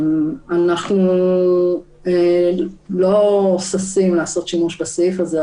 אנחנו לא ששים לעשות שימוש בסעיף הזה,